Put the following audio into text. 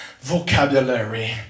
vocabulary